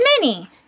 mini